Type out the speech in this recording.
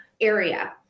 area